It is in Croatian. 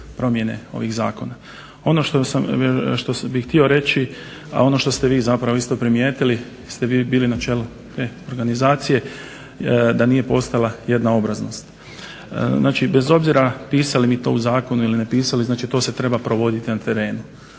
Ono što bih htio reći, ono što ste vi zapravo isto primijetili ste vi bili na čelu te organizacije da nije postala jednoobraznost. Znači, bez obzira pisali mi to u zakonu ili ne pisali, znači to se treba provoditi na terenu.